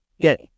get